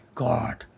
god